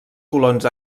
colons